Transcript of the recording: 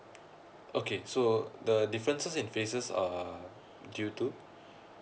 okay so the differences in phases are due to